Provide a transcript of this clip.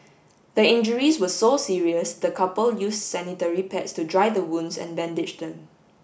the injuries were so serious the couple use sanitary pads to dry the wounds and bandage them